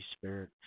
Spirit